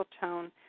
tone